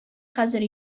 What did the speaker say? хәзер